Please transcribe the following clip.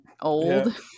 old